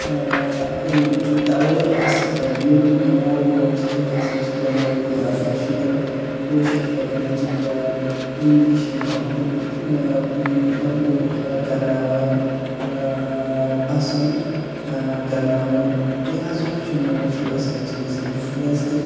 تَوَے اَسہِ یِم مول موج چھِ تِم ہسا چھِ جَنٛرٕلی اَز شُریَن کٲشِر زبانہٕ چھِ جایہِ اِنٛگلِش یا اُردوٗ اُردوٗ کَرٕناوان پسنٛد کَرٕناوُن یہِ ہسا چھُ وُنۍ کہِ اَصٕل چیٖز کِہیٖنٛۍ کیٛازِ کہِ